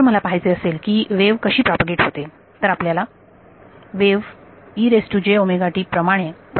जर मला पाहायचे असेल की वेव्ह कशी प्रॉपगेट होते तर आपल्याला वेव्ह प्रमाणे प्रॉपगेट होते